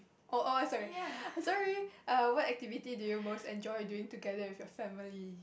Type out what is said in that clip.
oh oh sorry sorry err what activity do you most enjoy doing together with your family